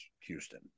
Houston